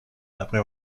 après